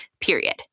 period